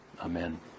Amen